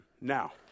Now